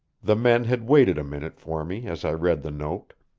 the men had waited a minute for me as i read the note.